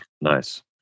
nice